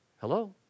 Hello